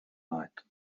night